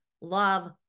love